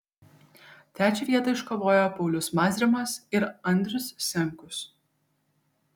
trečią vietą iškovojo paulius mazrimas ir andrius senkus